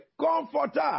comforter